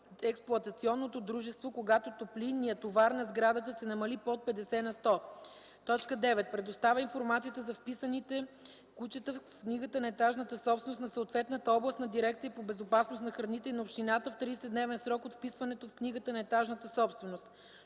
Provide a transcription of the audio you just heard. експлоатационното дружество, когато топлинният товар на сградата се намали под 50 на сто; 9. предоставя информацията за вписаните кучета в книгата на етажната собственост на съответната областна Дирекция по безопасност на храните и на общината, в 30-дневен срок от вписването в книгата на етажната собственост;